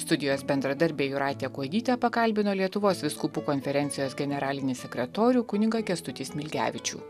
studijos bendradarbė jūratė kuodytė pakalbino lietuvos vyskupų konferencijos generalinį sekretorių kunigą kęstutį smilgevičių